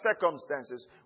circumstances